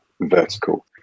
vertical